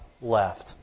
left